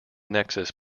nexus